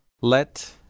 Let